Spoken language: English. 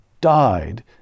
died